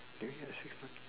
I think it was six months